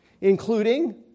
including